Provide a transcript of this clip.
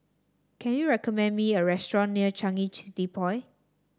can you recommend me a restaurant near Changi City Point